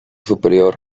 superior